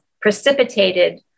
precipitated